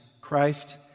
Christ